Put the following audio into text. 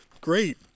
Great